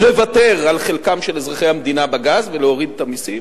לוותר על חלקם של אזרחי המדינה בגז ולהוריד את המסים.